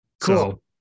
Cool